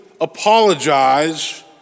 apologize